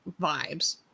vibes